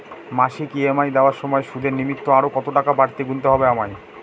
মাসিক ই.এম.আই দেওয়ার সময়ে সুদের নিমিত্ত আরো কতটাকা বাড়তি গুণতে হবে আমায়?